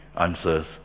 answers